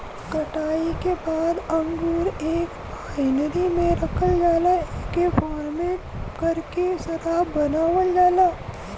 कटाई के बाद अंगूर एक बाइनरी में रखल जाला एके फरमेट करके शराब बनावल जाला